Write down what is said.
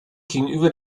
gegenüber